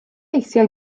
eisiau